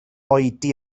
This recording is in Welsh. oedi